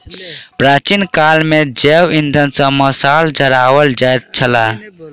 प्राचीन काल मे जैव इंधन सॅ मशाल जराओल जाइत छलै